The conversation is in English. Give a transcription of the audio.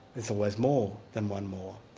there's always more than one more.